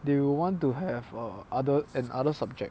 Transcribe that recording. they will want to have err other and other subject